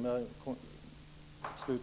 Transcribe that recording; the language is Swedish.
minska.